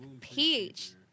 peach